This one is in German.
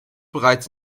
bereits